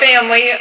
family